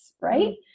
right